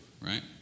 right